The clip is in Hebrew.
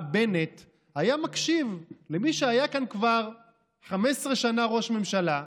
בנט היה מקשיב למי שהיה כאן כבר 15 שנה ראש ממשלה,